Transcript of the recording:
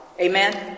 Amen